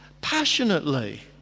passionately